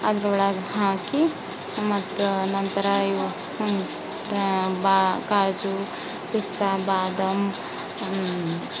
ಅದ್ರೊಳಗೆ ಹಾಕಿ ಮತ್ತು ನಂತರ ಇವು ಬಾ ಕಾಜೂ ಪಿಸ್ತಾ ಬಾದಾಮಿ